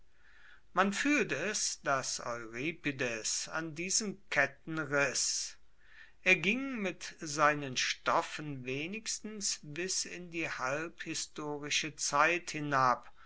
man fuehlt es dass euripides an diesen ketten riss er ging mit seinen stoffen wenigstens bis in die halb historische zeit hinab